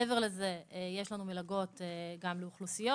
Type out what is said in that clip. מעבר לזה יש לנו מלגות גם לאוכלוסיות.